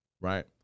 Right